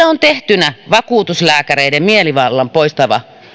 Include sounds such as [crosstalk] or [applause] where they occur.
[unintelligible] on tehtynä vakuutuslääkäreiden mielivallan poistava